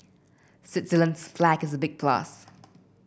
Switzerland's flag is a big plus